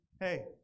hey